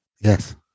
Yes